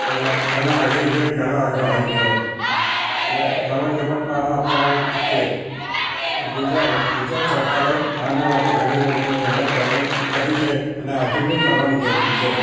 અને ઘણો આગળ રીતે ઘણો આગળ આવી ગયો હોત લે રમત ગમતમાં આ પ્રમાણે છે ગુજરાત સરકારે આના માટે ઘણી બધી મહેનત કરાઇ કરી છે અને હજી બી કરવાની જરૂર છે